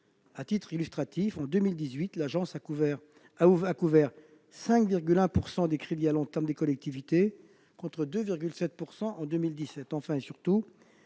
À titre d'illustration, en 2018, l'agence a couvert 5,1 % des crédits à long terme des collectivités, contre 2,7 % en 2017.